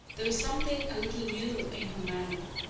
there was something a little new in her manner.